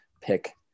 pick